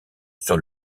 sur